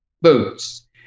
boots